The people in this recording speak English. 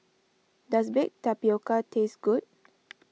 does Baked Tapioca taste good